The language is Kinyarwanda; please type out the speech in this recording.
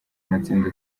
amatsinda